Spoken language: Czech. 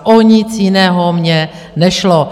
O nic jiného mně nešlo.